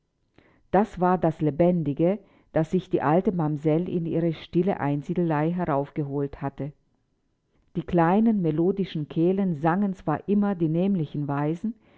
das war das lebendige das sich die alte mamsell in ihre stille einsiedelei heraufgeholt hatte die kleinen melodischen kehlen sangen zwar immer die nämlichen weisen